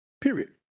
period